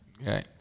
Okay